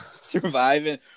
Surviving